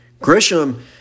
Grisham